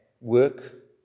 work